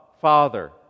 Father